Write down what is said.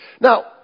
Now